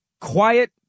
quiet